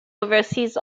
oversees